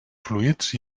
fluids